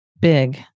big